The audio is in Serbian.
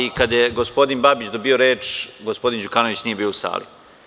Ali, kada je gospodin Babić dobio reč, gospodin Đukanović nije bio u sali.